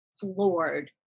floored